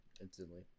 instantly